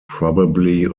probably